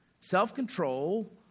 self-control